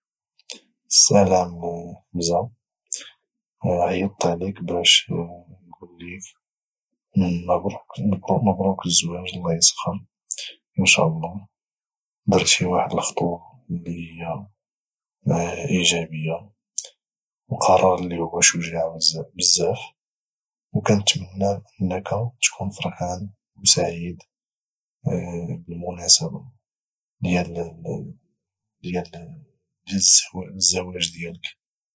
السلام حمزة عيطت عليك باش نقوليك مبروك الزواج الله اسخر ان شاء الله درتي واحد الخطوة اللي هي اجابية وقرار اللي هو شجاع بزاف وكنتمنى انك تكون فرحان وسعيد بالمناسبة ديال الزواج ديالك